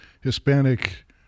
Hispanic